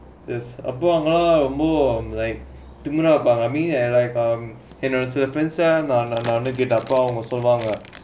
there's uh அப்பே அவங்கெல்லாம் திமிரை இங்கே:appe avangkelaam thimiraa irupaangga like என்னோட சில:ennoda sila friends